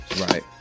right